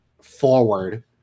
forward